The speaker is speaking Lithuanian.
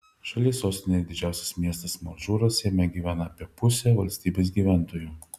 šalies sostinė ir didžiausias miestas madžūras jame gyvena apie pusę valstybės gyventojų